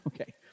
Okay